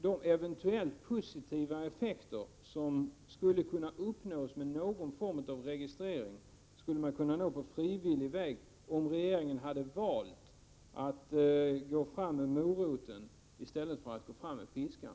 De eventuella positiva effekter som skulle kunna uppnås med någon form av registrering skulle man kunna erhålla på frivillig väg om regeringen hade valt att gå fram med moroten i stället för att gå fram med piskan.